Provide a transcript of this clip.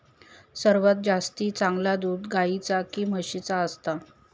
सर्वात जास्ती चांगला दूध गाईचा की म्हशीचा असता?